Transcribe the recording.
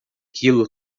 quilo